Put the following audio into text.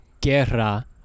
Guerra